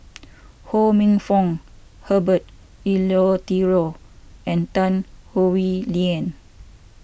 Ho Minfong Herbert Eleuterio and Tan Howe Liang